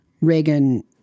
Reagan